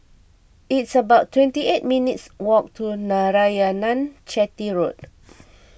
it's about twenty eight minutes' walk to Narayanan Chetty Road